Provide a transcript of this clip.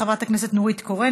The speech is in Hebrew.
חברת הכנסת נורית קורן,